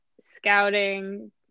scouting